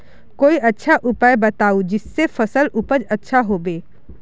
कोई अच्छा उपाय बताऊं जिससे फसल उपज अच्छा होबे